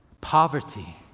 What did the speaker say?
Poverty